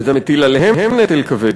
וזה מטיל עליהם נטל כבד.